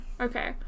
Okay